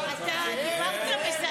מה קרה לך?